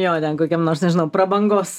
jo ten kokiam nors nežinau prabangos